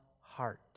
heart